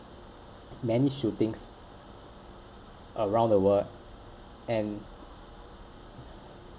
many shootings around the world and